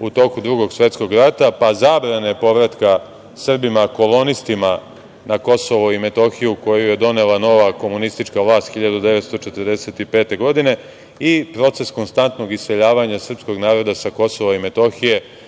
u toku Drugog svetskog rata, pa zabrane povratka Srbima kolonistima na Kosovo i Metohiju koju je donela nova komunistička vlast 1945. godine i proces konstantnog iseljavanja srpskog naroda sa Kosova i Metohije